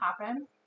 happen